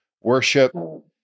worship